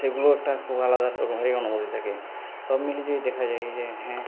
সেগুলো একটা খুব আলাদা অনুভূতি থাকে সব মিলিয়ে যদি দেখা যায় যে হ্যাঁ